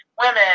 women